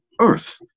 earth